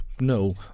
No